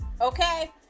Okay